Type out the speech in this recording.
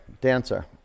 dancer